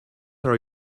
are